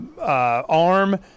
arm